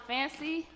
Fancy